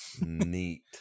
neat